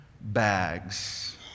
bags